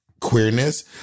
queerness